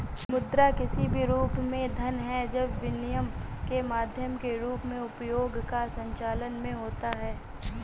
मुद्रा किसी भी रूप में धन है जब विनिमय के माध्यम के रूप में उपयोग या संचलन में होता है